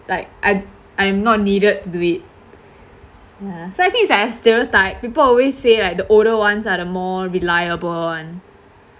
like I'm I'm not needed to do it ya so I think it's like a stereotype people always say like the older ones are the more reliable one